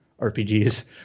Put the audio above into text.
RPGs